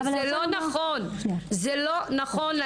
זה לא נכון להם.